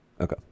Okay